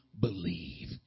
Believe